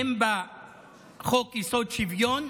אין בה חוק-יסוד: שוויון.